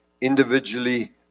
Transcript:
individually